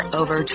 over